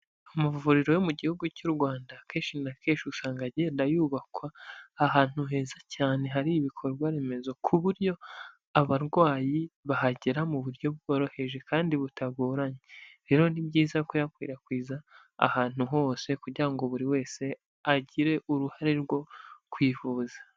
Amavuriro yo mu gihugu cy'u Rwanda, kenshi na kesha usanga agenda yubakwa, ahantu heza cyane hari ibikorwa remezo, ku buryo abarwayi bahagera mu buryo bworoheje kandi butagoranye. Rero ni byiza kuyakwirakwiza ahantu hose, kugira ngo buri wese, agire uruhare rwo kwivuza.